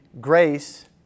grace